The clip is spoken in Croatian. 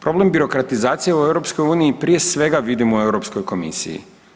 Problem birokratizacije u EU prije svega vidim u Europskoj komisiji.